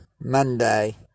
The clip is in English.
Monday